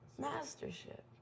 Mastership